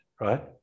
right